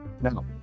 now